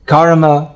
Karma